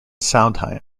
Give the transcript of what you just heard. sondheim